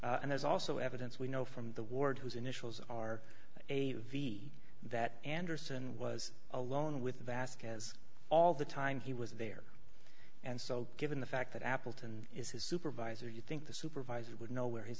and there's also evidence we know from the ward whose initials are a v that anderson was alone with vazquez all the time he was there and so given the fact that appleton is his supervisor you think the supervisor would know where his